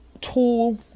tool